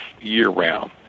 year-round